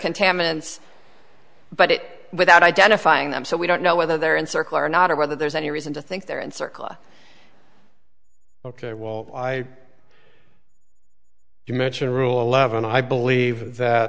contaminants but without identifying them so we don't know whether they're in circle or not or whether there's any reason to think they're in circa ok well i imagine rule eleven i believe